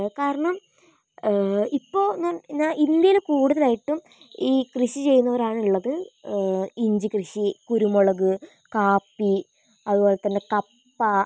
കാരണം ഇപ്പൊൾ ഇന്ത്യയില് കൂടുതലായിട്ടും ഈ കൃഷി ചെയ്യുന്നവരാണുള്ളത് ഇഞ്ചി കൃഷി കുരുമുളക് കാപ്പി അതുപോലത്തന്നെ കപ്പ